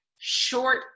short